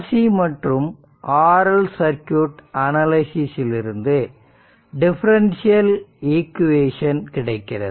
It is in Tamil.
RC மற்றும் RL சர்க்யூட் அனாலிசிஸ் லிருந்து டிஃபரண்ஷியல் ஈக்வேஷன் கிடைக்கிறது